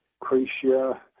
Croatia